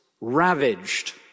ravaged